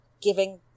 giving